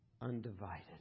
undivided